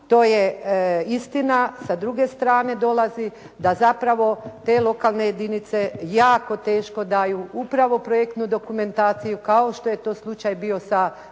to je istina, sa druge strane dolazi da zapravo te lokalne jedinice jako teško daju upravo projektnu dokumentaciju kao što je to slučaj bio sa